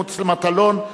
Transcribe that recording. אין מתנגדים, אין נמנעים.